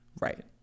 Right